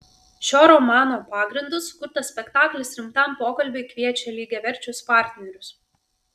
šio romano pagrindu sukurtas spektaklis rimtam pokalbiui kviečia lygiaverčius partnerius